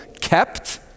kept